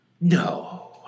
no